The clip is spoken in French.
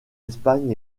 espagne